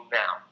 now